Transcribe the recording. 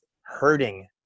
hurting